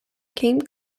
came